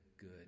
good